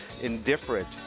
indifferent